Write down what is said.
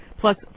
plus